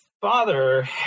father